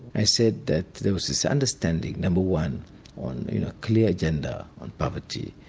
i said that there was this understanding no. one on a clear agenda on poverty,